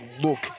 look